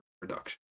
production